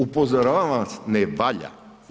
Upozoravam vas, ne valja.